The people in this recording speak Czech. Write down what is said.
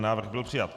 Návrh byl přijat.